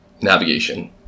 navigation